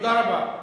תודה רבה.